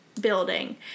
building